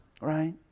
right